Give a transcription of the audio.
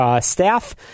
Staff